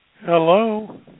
Hello